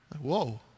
Whoa